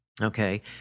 Okay